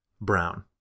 Brown